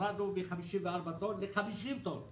הורדנו מ-54 טון ל-50 טון.